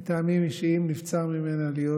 מטעמים אישיים נבצר ממנה להיות